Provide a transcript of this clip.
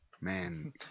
Man